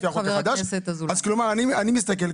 ואומר, אני מצדיק את